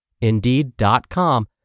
Indeed.com